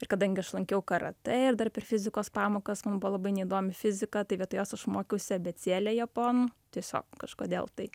ir kadangi aš lankiau karatė ir dar per fizikos pamokas man buvo labai neįdomi fizika tai vietoj jos aš mokiausi abėcėlę japonų tiesiog kažkodėl tai